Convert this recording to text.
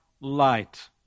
light